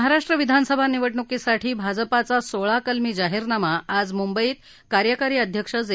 महाराष्ट्र विधानसभा निवडणुकीसाठी भाजपाचा जाहीरनामा आज मुंबईत कार्यकारी अध्यक्ष जे